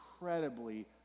incredibly